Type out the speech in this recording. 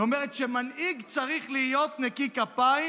היא אומרת שמנהיג צריך להיות נקי כפיים,